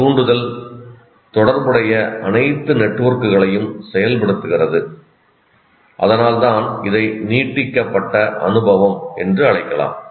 ஒரு தூண்டுதல் தொடர்புடைய அனைத்து நெட்வொர்க்குகளையும் செயல்படுத்துகிறது அதனால்தான் இதை நீட்டிக்கப்பட்ட அனுபவம் என்று அழைக்கலாம்